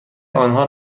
آنها